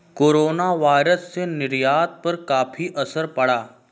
coronavirus से निर्यात पर काफी असर पड़ा